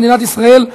מדינת ישראל,